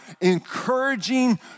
encouraging